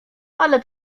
ale